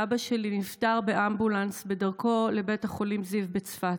שאבא שלי נפטר באמבולנס בדרכו לבית החולים זיו בצפת.